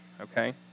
okay